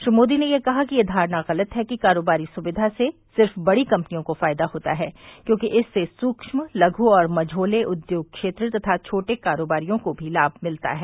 श्री मोदी ने यह कहा कि यह धारणा गलत है कि कारोबारी सुविवा से सिर्फ बड़ी कम्पनियों को फायदा होता है क्योंकि इससे सूक्ष्म लघु और मझोले उद्योग क्षेत्र तथा छोटे कारोबारियों को भी लाभ मिलता है